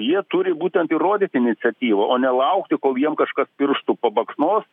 jie turi būtent ir rodyti iniciatyvą o ne laukti kol jiem kažkas pirštu pabaksnos